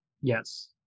Yes